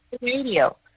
radio